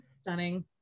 stunning